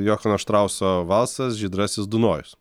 jochano štrauso valsas žydrasis dunojus